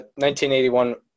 1981